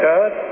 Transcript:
God